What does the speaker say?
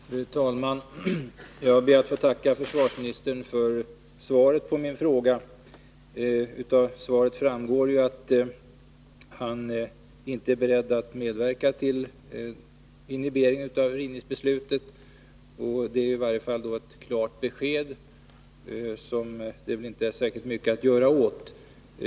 Fru talman! Jag ber att få tacka försvarsministern för svaret på min fråga. Av svaret framgår att försvarsministern inte är beredd att medverka till en inhibering av rivningsbeslutet, och det är i varje fall ett klart besked, som det välinte är särskilt mycket att göra åt.